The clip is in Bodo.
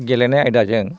गेलेनाय आयदाजों